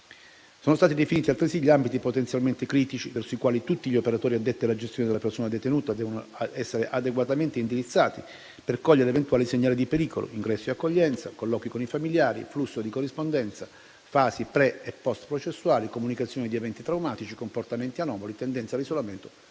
Sono stati definiti, altresì, gli ambiti potenzialmente critici verso i quali tutti gli operatori addetti alla gestione della persona detenuta devono essere adeguatamente indirizzati per cogliere eventuali segnali di pericolo (ingresso e accoglienza, colloqui con i familiari, flusso di corrispondenza, fasi pre e postprocessuali, comunicazioni di eventi traumatici, comportamenti anomali, tendenza all'isolamento,